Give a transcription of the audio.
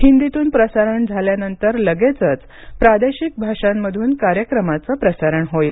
हिंदीतून प्रसारण झाल्यानंतर लगेचच प्रादेशिक भाषामधून कार्यक्रमाचं प्रसारण होईल